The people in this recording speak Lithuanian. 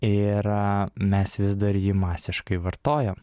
ir mes vis dar jį masiškai vartojam